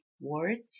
words